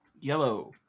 Yellow